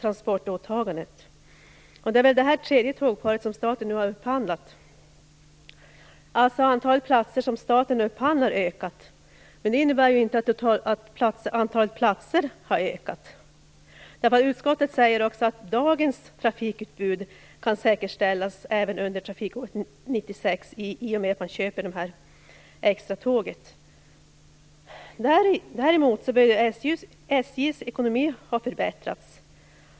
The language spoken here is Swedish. Antalet platser som staten upphandlat har alltså ökat, men det innebär ju inte att antalet platser har ökat. Utskottet säger också att dagens trafikutbud kan säkerställas även under trafikåret 1996 i och med köpet av det här extra tåget. Däremot bör SJ:s ekonomi ha förbättrats.